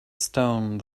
stone